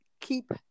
keep